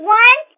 one